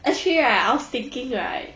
actually right I was thinking right